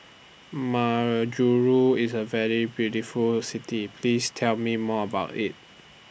Majuro IS A very beautiful City Please Tell Me More about IT